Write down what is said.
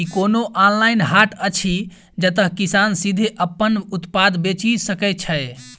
की कोनो ऑनलाइन हाट अछि जतह किसान सीधे अप्पन उत्पाद बेचि सके छै?